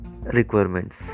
requirements